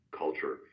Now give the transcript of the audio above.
culture